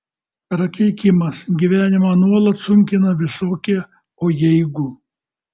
prakeikimas gyvenimą nuolat sunkina visokie o jeigu